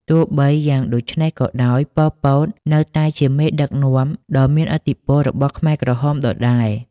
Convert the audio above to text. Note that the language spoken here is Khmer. ទោះបីយ៉ាងដូច្នេះក៏ដោយ ប៉ុល ពត នៅតែជាមេដឹកនាំដ៏មានឥទ្ធិពលរបស់ខ្មែរក្រហមដដែល។